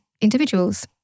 individuals